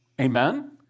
Amen